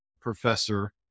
professor